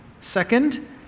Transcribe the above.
Second